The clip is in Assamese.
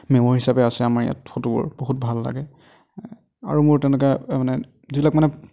মেম'ৰী হিচাপে আছে আমাৰ ইয়াত ফটোবোৰ বহুত ভাল লাগে আৰু মোৰ তেনেকুৱা মানে যিবিলাক মানে